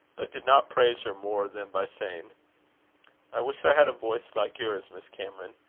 but did not praise her more than by saying i wish i had a voice like yours, miss cameron.